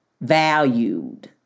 valued